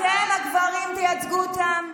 אתם הגברים תייצגו אותן?